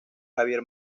javier